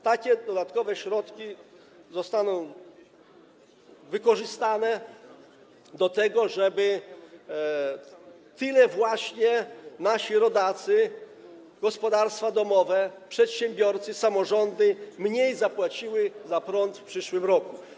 Takie dodatkowe środki zostaną wykorzystane do tego, żeby nasi rodacy, gospodarstwa domowe, przedsiębiorcy, samorządy tyle mniej zapłacili za prąd w przyszłym roku.